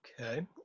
Okay